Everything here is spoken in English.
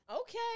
Okay